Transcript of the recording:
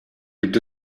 gibt